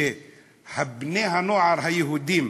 כשבני-הנוער היהודים,